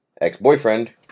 ex-boyfriend